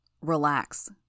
Relax